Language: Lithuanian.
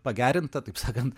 pagerinta taip sakant